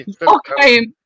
Okay